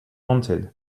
wanted